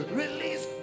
release